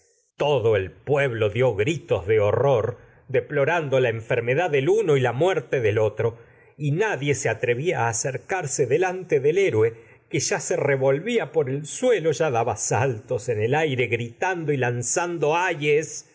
todo el pue blo dió gritos de horror deplorando se la enfermedad del atrevía a uno y la muerte del otro y nadie del acercar se delante héroe en que ya se revolvía y por el suelo ya daba saltos el aire gritando rocosos lanzando ayes